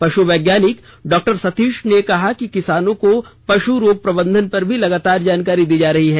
पश् वैज्ञानिक डॉ सतीश ने कहा कि किसानों को पश् रोग प्रबंधन पर भी लगातार जानकारी दी जा रही है